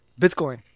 Bitcoin